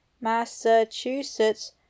Massachusetts